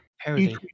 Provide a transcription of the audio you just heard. Parody